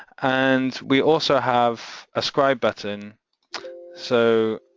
and we also have a scribe button so